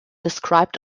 described